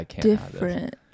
different